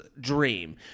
dream